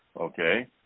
okay